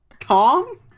Tom